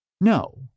No